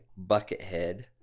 Buckethead